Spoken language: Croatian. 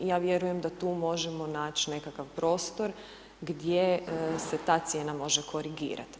Ja vjerujem da tu možemo naći nekakav prostor gdje se ta cijena može korigirati.